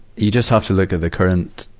you just have to look at the current,